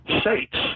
states